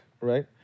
right